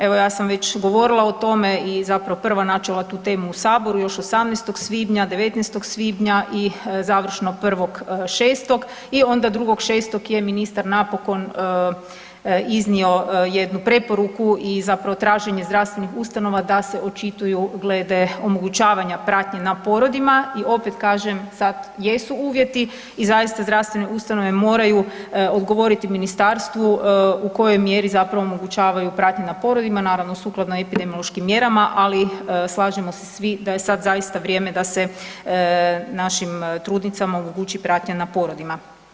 Evo ja sam već govorila o trome i zapravo prva načela tu temu u Saboru još 18. svibnja, 19. svibnja i završno 1.6. i onda 2.6. je ministar napokon iznio jednu preporuku i zapravo traženje zdravstvenih ustanova da se očituju glede omogućavanja pratnje na porodima i opet kažem sad jesu uvjeti i zaista zdravstvene ustanove moraju odgovoriti ministarstvu kojoj mjeri zapravo omogućavaju pratnje na porodima, naravno sukladno epidemiološkim mjerama, ali slažemo se svi da je sada zaista vrijeme da se našim trudnicama omogući pratnja na porodima.